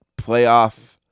playoff